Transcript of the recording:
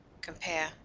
Compare